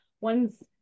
ones